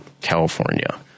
California